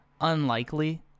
unlikely